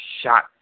shot